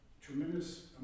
tremendous